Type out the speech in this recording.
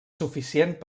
suficient